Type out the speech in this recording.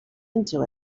into